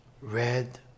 red